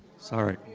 sorry.